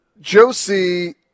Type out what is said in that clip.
Josie